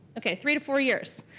okay, three to four years.